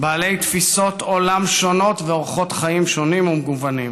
בעלי תפיסות עולם שונות ואורחות חיים שונים ומגוונים.